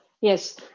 yes